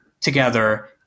together